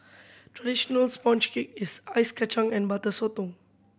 traditional sponge cake is Ice Kachang and Butter Sotong